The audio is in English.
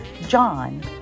John